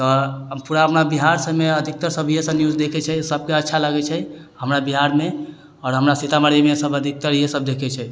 आओर हम पूरा अपना बिहारसभमे अधिकतर सभीए सभ न्यूज देखैत छै सभके अच्छा लगैत छै हमरा बिहारमे आओर हमरा सीतामढ़ीमे सभ अधिकतर यहीसभ देखैत छै